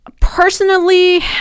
personally